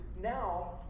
Now